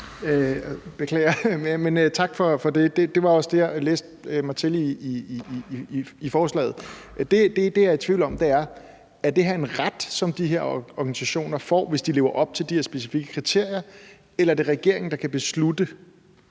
tak for det. Det var også det, jeg læste mig til i forslaget. Det, jeg er i tvivl om, er: Er det her en ret, som de her organisationer får, hvis de lever op til de her specifikke kriterier, eller er det regeringen, der kan beslutte,